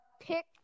pick